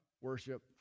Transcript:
worship